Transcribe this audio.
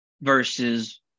versus